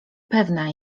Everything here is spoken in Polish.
pewna